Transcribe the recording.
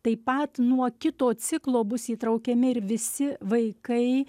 taip pat nuo kito ciklo bus įtraukiami ir visi vaikai